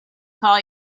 call